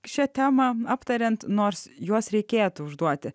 šią temą aptariant nors juos reikėtų užduoti